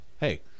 hey